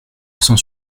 sans